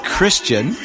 Christian